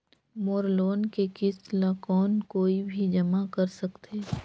मोर loan के किस्त ल कौन कोई भी जमा कर सकथे?